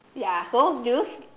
ya so do you